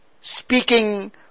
speaking